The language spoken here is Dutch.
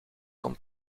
kon